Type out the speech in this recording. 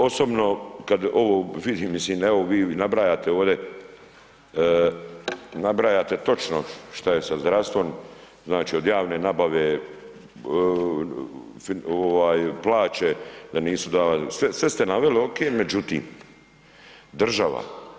Osobno kad ovo vidim, mislim, evo, vi nabrajate ovdje, nabrajate točno što je sa zdravstvom, znači od javne nabave, plaće da nisu, sve ste naveli, ok, međutim, država.